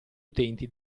utenti